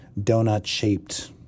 donut-shaped